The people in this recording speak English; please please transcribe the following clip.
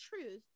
truth